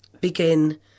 begin